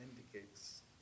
Indicates